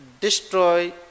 destroy